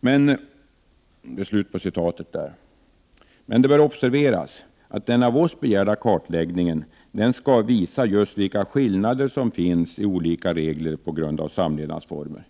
Men det bör observeras att den av oss begärda kartläggningen skall visa just vilka skillnader som finns i olika regler på grund av samlevnadsformer.